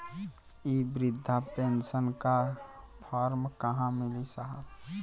इ बृधा पेनसन का फर्म कहाँ मिली साहब?